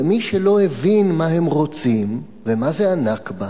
ומי שלא הבין מה הם רוצים ומה זה הנכבה